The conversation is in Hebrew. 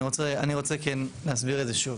אני רוצה כן להסביר את זה שוב.